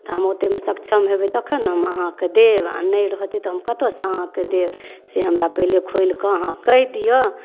तऽ हम ओतेमे सक्षम हेबै तखन ने हम अहाँके देब आओर नहि रहतै तऽ हम कतऽ सँ अहाँके देब से हमरा पहिले खोलिकऽ अहाँ कहि दिऽ